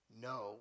No